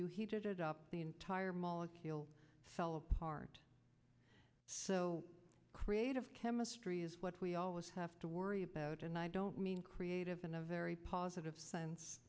you heated up the entire molecule fell apart so creative chemistry is what we always have to worry about and i don't mean creative in a very positive sense